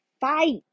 fight